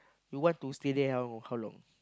you want to stay there how long